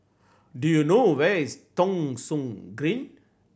do you know where is Thong Soon Green